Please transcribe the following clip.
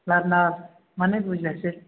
learner माने बुजियासै